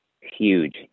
Huge